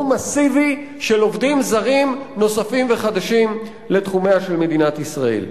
מסיבי של עובדים זרים נוספים וחדשים לתחומיה של מדינת ישראל.